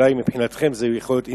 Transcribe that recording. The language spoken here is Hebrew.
אולי מבחינתכם זה יכול להיות אינטרס.